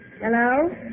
Hello